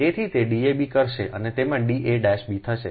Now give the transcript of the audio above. તેથી તે Dab કરશે અને તેમાં Da'b થશે